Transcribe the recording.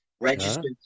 registered